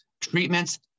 treatments